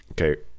okay